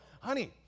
Honey